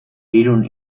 irun